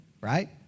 right